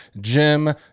Jim